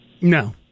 No